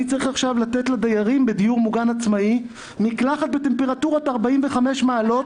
צריך עכשיו לתת לדיירים בדיור מוגן עצמאי מקלחת בטמפרטורת 45 מעלות,